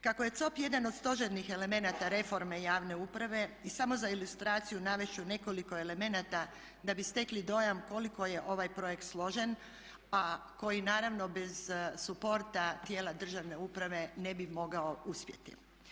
Kako je COP jedan od stožernih elemenata reforme javne uprave i samo za ilustraciju navest ću nekoliko elemenata da bi stekli dojam koliko je ovaj projekt složen a koji naravno bez supporta tijela državne uprave ne bi mogao uspjeti.